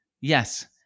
yes